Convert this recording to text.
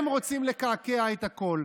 הם רוצים לקעקע את הכול.